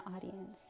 audience